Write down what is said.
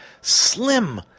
Slim